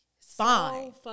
fine